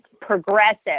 progressive